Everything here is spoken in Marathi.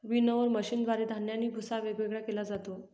विनोवर मशीनद्वारे धान्य आणि भुस्सा वेगवेगळा केला जातो